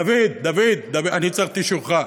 דוד, אני צריך את אישורך.